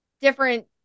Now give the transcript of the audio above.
different